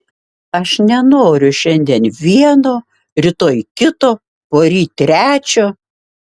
aš nenoriu šiandien vieno rytoj kito poryt trečio